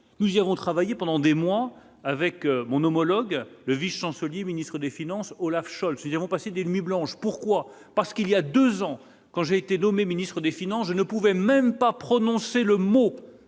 nous irons travailler pendant des mois avec mon homologue le vice-chancelier et ministre des Finances, Olaf Scholz diront passer des nuits blanches, pourquoi, parce qu'il y a 2 ans quand j'ai été nommé ministre des Finances, je ne pouvais même pas prononcer le mot,